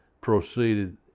proceeded